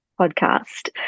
podcast